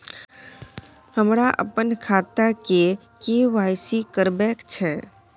हमरा अपन खाता के के.वाई.सी करबैक छै